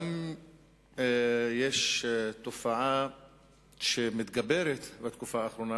יש עוד תופעה שמתגברת בתקופה האחרונה,